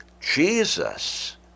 Jesus